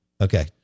Okay